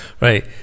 Right